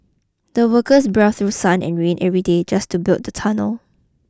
the workers braved through sun and rain every day just to build the tunnel